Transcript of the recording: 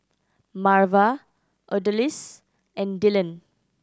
Marva Odalys and Dylon